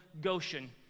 Goshen